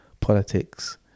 politics